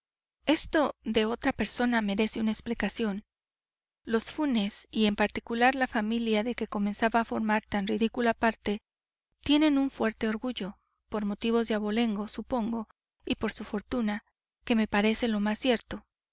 esto de otra persona merece una explicación los funes y en particular la familia de que comenzaba a formar tan ridícula parte tienen un fuerte orgullo por motivos de abolengo supongo y por su fortuna que me parece lo más cierto